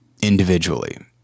individually